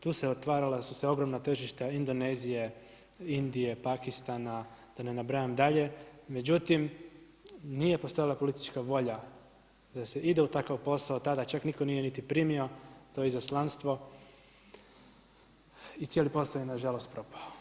Tu se otvarala su se ogromna tržišta Indonezije, Indije, Pakistana da ne nabrajam dalje, međutim, nije postojala politička volja da se ide u takav posao, tada čak nitko nije ni primio to izaslanstvo i cijeli posao je na žalost propao.